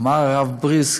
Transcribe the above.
אמר הרב בריסק: